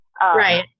Right